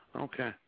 Okay